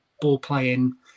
ball-playing